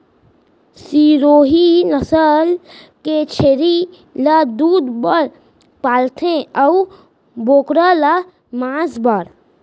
सिरोही नसल के छेरी ल दूद बर पालथें अउ बोकरा ल मांस बर